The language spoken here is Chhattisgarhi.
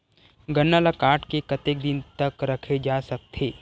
गन्ना ल काट के कतेक दिन तक रखे जा सकथे?